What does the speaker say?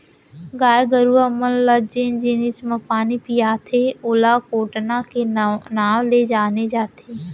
गाय गरूवा मन ल जेन जिनिस म पानी पियाथें ओला कोटना के नांव ले जाने जाथे